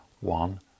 one